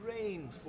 rain